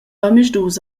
omisdus